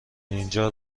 اینجا